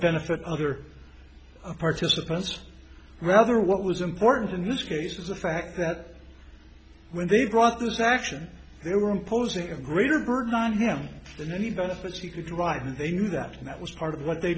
benefit other participants rather what was important in this case is the fact that when they brought this action they were imposing a greater burden on him than anybody else he could drive and they knew that that was part of what they